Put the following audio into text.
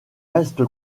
reste